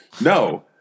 No